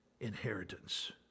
inheritance